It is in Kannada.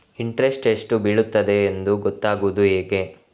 ಇಂಟ್ರೆಸ್ಟ್ ಎಷ್ಟು ಬೀಳ್ತದೆಯೆಂದು ಗೊತ್ತಾಗೂದು ಹೇಗೆ?